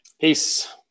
Peace